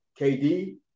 KD